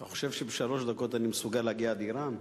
אתה חושב שבשלוש דקות אני מסוגל להגיע עד אירן?